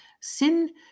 Sin